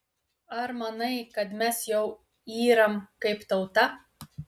ar manai kad mes jau yram kaip tauta